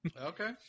Okay